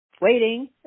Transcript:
waiting